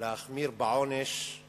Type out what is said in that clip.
להחמיר בעונש על